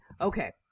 Okay